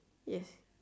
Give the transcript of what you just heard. yes